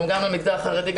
גם במגזר החרדי,